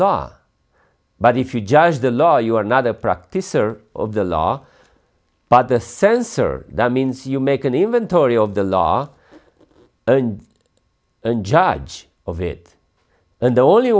law but if you judge the law you are another practicer of the law but the sensor that means you make an inventory of the law and and judge of it and the only